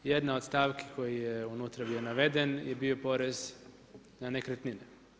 Jedna od stavki koja je unutra bio naveden, je bio porez na nekretnine.